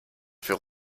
für